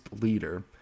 leader